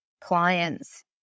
clients